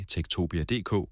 Tektopia.dk